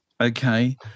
okay